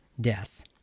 death